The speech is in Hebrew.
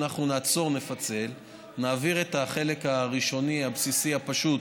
אנחנו נעצור ונפצל ונעביר את החלק הראשוני הבסיסי הפשוט,